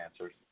answers